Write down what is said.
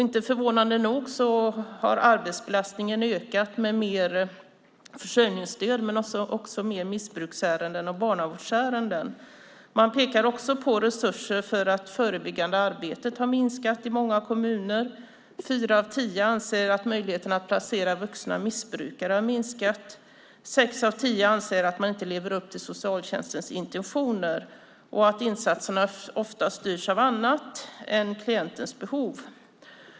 Inte förvånande har arbetsbelastningen ökat med mer försörjningsstöd men också med mer missbruksärenden och barnavårdsärenden. Man pekar också på att resurser för förebyggande arbete har minskat i många kommuner. Fyra av tio anser att möjligheten att placera vuxna missbrukare har minskat. Sex av tio anser att man inte lever upp till socialtjänstens intentioner och att insatserna ofta styrs av annat än klientens behov.